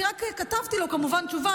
אני רק כתבתי לו כמובן תשובה.